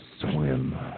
swim